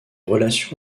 relations